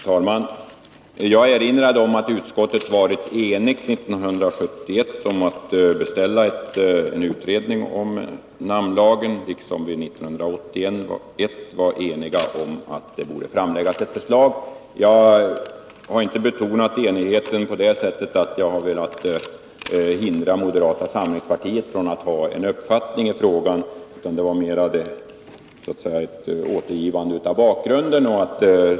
Herr talman! Jag erinrade om att utskottet var enigt 1971 om att beställa en utredning om namnlagen, liksom vi 1981 var eniga om att det borde framläggas ett förslag. Jag har inte betonat enigheten på det sättet att jag har velat hindra moderata samlingspartiet från att ha en uppfattning i frågan, utan det var mera ett återgivande av bakgrunden.